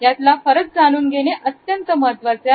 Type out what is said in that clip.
यातला फरक जाणून घेणे अत्यंत महत्त्वाचे आहे